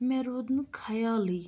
مےٚ روٗد نہٕ خیالٕے